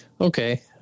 okay